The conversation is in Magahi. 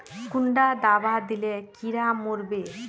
कुंडा दाबा दिले कीड़ा मोर बे?